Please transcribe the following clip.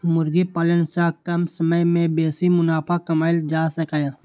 मुर्गी पालन सं कम समय मे बेसी मुनाफा कमाएल जा सकैए